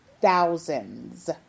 thousands